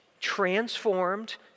transformed